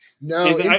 no